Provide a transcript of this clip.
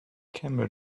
camel